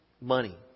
money